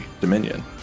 dominion